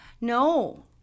No